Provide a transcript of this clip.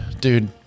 dude